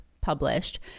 published